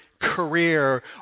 career